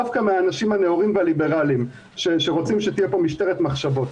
דווקא מהאנשים הנאורים והליברליים שרוצים שתהיה פה משטרת מחשבות.